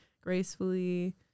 gracefully